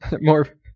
more